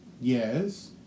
Yes